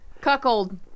Cuckold